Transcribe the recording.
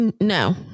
no